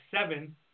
seven